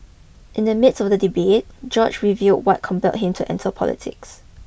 in the midst of the debate George reveal what compell him to enter politics